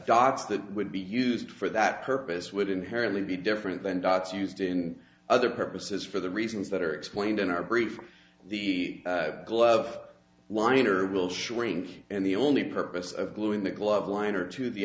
dots that would be used for that purpose would inherently be different than dots used in other purposes for the reasons that are explained in our brief the glove liner will shrink and the only purpose of gluing the glove liner to the